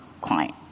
client